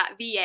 VA